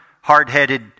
hard-headed